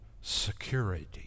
security